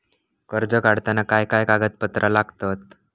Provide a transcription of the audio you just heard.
कर्ज काढताना काय काय कागदपत्रा लागतत?